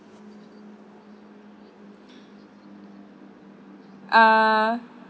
err